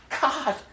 God